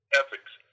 ethics